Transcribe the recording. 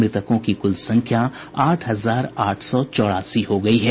मृतकों की कुल संख्या आठ हजार आठ सौ चौरासी हो गई है